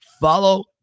Follow